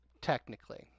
technically